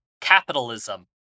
Capitalism